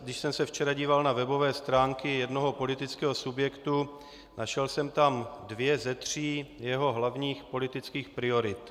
Když jsem se včera díval na webové stránky jednoho politického subjektu, našel jsem tam dvě ze tří jeho hlavních politických priorit.